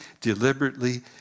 deliberately